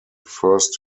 first